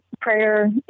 prayer